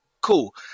cool